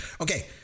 Okay